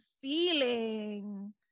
feeling